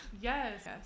Yes